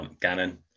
Gannon